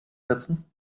setzen